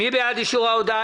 מי בעד אישור ההודעה?